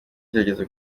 cyageze